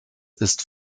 ist